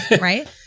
right